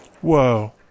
Whoa